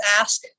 ask